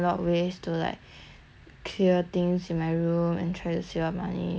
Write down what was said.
clear things in my room and try to save up money fi~ try to find as many ways